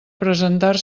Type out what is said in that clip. presentar